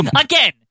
again